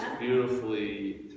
beautifully